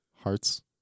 hearts